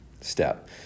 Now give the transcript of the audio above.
step